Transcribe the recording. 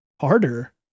harder